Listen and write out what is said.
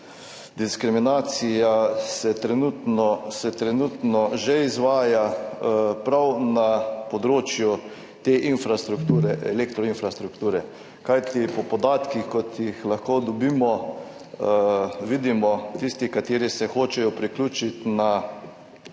diskriminacija trenutno že izvaja prav na področju te infrastrukture, elektro infrastrukture, kajti po podatkih, kot jih lahko dobimo, vidimo, da tisti, ki se hočejo priključiti na